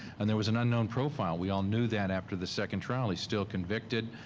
and there was an unknown profile. we all knew that after the second trial, he's still convicted,